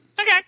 Okay